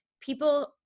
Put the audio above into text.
people